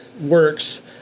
works